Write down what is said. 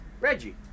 Reggie